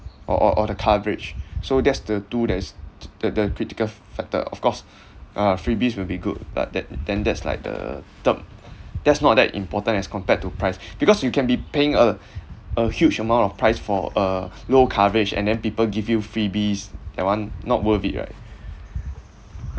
or or or the coverage so that's the two that is th~ the the critical f~ factor of course uh freebies will be good but that then that's like the term that's not that important as compared to price because you can be paying a a huge amount of price for a low coverage and then people give you freebies that one not worth it right